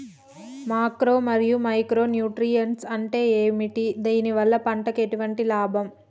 Macro మరియు micro nutrients అంటే ఏమిటి? దీనివల్ల పంటకు ఎటువంటి లాభం?